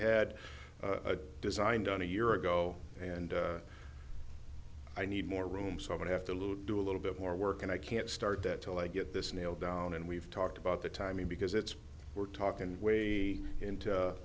had a design done a year ago and i need more room so i don't have to loop do a little bit more work and i can't start that till i get this nailed down and we've talked about the timing because it's we're talking way into